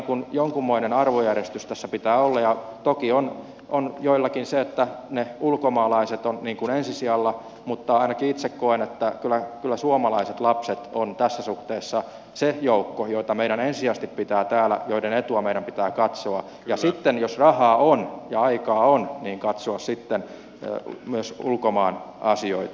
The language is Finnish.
kyllä jonkunmoinen arvojärjestys tässä pitää olla ja toki on joillakin se että ne ulkomaalaiset ovat ensimmäisellä sijalla mutta ainakin itse koen että kyllä suomalaiset lapset ovat tässä suhteessa se joukko jota meidän esiaste pitää täällä joiden etua meidän ensisijaisesti pitää täällä katsoa ja sitten jos rahaa on ja aikaa on katsoa myös ulkomaan asioita